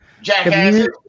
Jackass